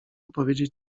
powiedzieć